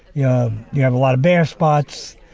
yeah you have a lot of bare spots.